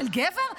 של גבר?